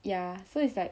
ya so it's like